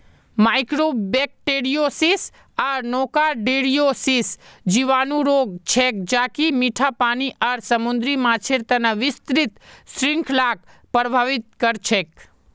mycobacteriosis आर nocardiosis जीवाणु रोग छेक ज कि मीठा पानी आर समुद्री माछेर तना विस्तृत श्रृंखलाक प्रभावित कर छेक